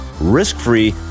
risk-free